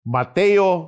Mateo